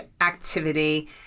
activity